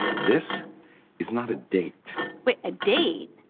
this is not a date wait, a date?